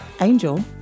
Angel